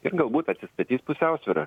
ir galbūt atsistatys pusiausvyra